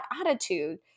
attitude